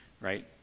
right